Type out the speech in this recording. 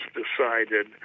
decided